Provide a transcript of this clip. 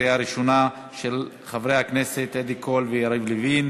של חברי הכנסת עדי קול ויריב לוין,